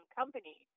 company